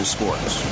Sports